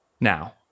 Now